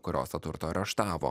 kurios tą turtą areštavo